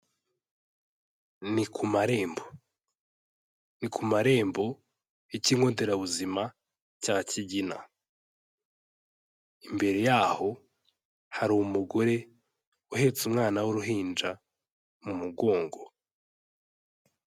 Ni ku marembo, ni ku marembo y'ikigo nderabuzima cya Kigina, imbere yaho hari umugore uhetse umwana w'uruhinja mu mugongo.